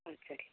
ம் சரி